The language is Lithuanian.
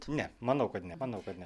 ne manau kad ne manau kad ne